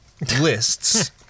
lists